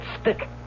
stick